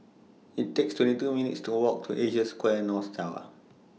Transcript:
It's takes twenty two minutes' Walk to Asia Square North Tower